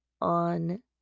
on